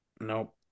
Nope